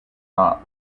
not